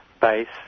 base